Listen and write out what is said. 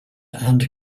and